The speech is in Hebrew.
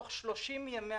בסוף מה קרה?